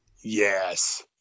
Yes